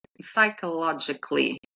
psychologically